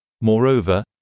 Moreover